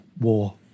war